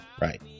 right